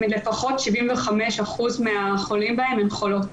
לפחות 75% מהחולים בהן הן חולות,